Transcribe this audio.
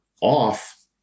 off